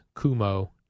Kumo